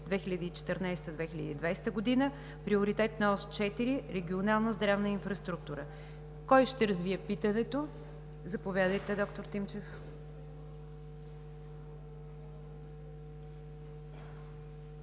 2014 – 2020 г., Приоритетна ос 4 „Регионална здравна инфраструктура“. Кой ще развие питането? Заповядайте, д-р Тимчев.